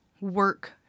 work